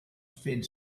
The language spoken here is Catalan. fent